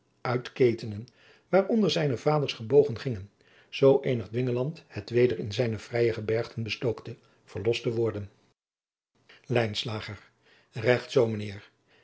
uit ketenen waaronder zijne vaders gebogen gingen zoo eenig dwingeland het weder in zijne vrije gebergten bestookte verlost te worden